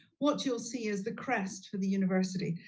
what you'll see is the crest for the university.